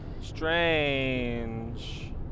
Strange